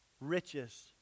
riches